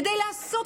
כדי לעשות,